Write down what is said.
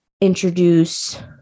introduce